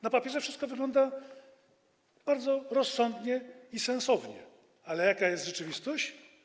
Na papierze wszystko wygląda bardzo rozsądnie i sensownie, ale jaka jest rzeczywistość?